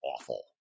awful